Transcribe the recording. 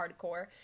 hardcore